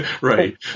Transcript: Right